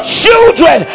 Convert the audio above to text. children